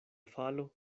falo